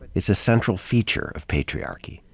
it's a central feature of patriarchy.